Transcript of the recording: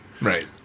right